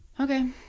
Okay